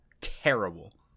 terrible